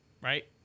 right